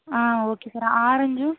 ah okay sir orange